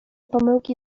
pomyłki